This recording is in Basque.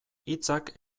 hitzak